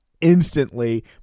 instantly